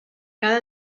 cada